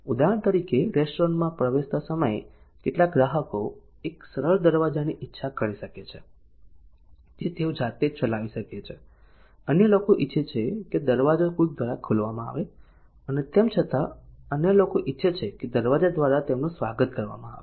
ઉદાહરણ તરીકે રેસ્ટોરન્ટમાં પ્રવેશતા સમયે કેટલાક ગ્રાહકો એક સરળ દરવાજાની ઈચ્છા કરી શકે છે જે તેઓ જાતે ચલાવી શકે છે અન્ય લોકો ઈચ્છે છે કે દરવાજો કોઈક દ્વારા ખોલવામાં આવે અને તેમ છતાં અન્ય લોકો ઈચ્છે છે કે દરવાજા દ્વારા તેમનું સ્વાગત કરવામાં આવે